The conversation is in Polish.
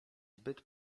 zbyt